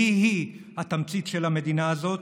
שהיא-היא התמצית של המדינה הזאת,